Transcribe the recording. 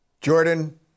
Jordan